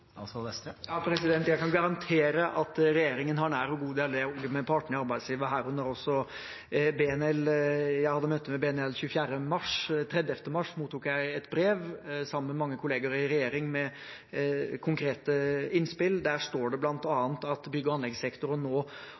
Jeg kan garantere at regjeringen har nær og god dialog med partene i arbeidslivet, herunder også BNL. Jeg hadde møte med BNL 24. mars. Den 30. mars mottok jeg et brev, sammen med mange kollegaer i regjeringen, med konkrete innspill. Der står det bl.a. at bygg- og anleggssektoren nå